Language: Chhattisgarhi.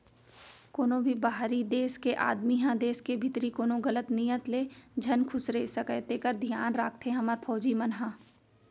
कोनों भी बाहिरी देस के आदमी ह देस के भीतरी कोनो गलत नियत ले झन खुसरे सकय तेकर धियान राखथे हमर फौजी मन ह